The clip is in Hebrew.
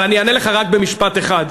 אבל אני אענה לך רק במשפט אחד.